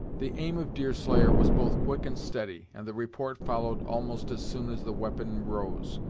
the aim of deerslayer was both quick and steady, and the report followed almost as soon as the weapon rose.